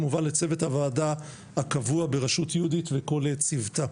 כמובן לצוות הוועדה הקבוע בראשות יהודית וכל צוותה,